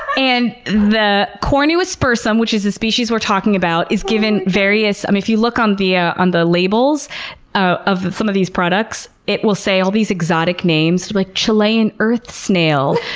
and the cornu aspersum, which is the species we're talking about is given various. i mean if you look on the ah on the labels ah of some of these products, it will say all these exotic names like chilean earth snail,